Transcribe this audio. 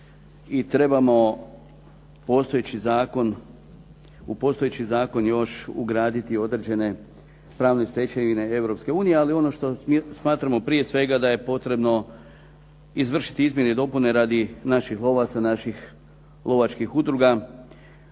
i trebamo u postojeći zakon još ugraditi određene pravne stečevine Europske unije. Ali ono što smatramo da je potrebno izvršiti izmjene i dopune radi naših lovaca, naših lovačkih udruga